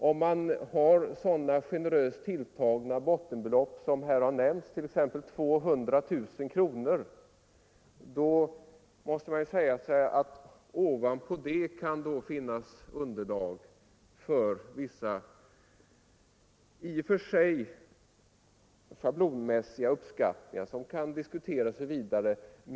Om man har så generöst tilltagna bottenbelopp som här har nämnts, 200 000 kronor, bör det ovanpå det beloppet vara möjligt med vissa schablonmässiga uppskattningar.